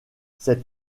cet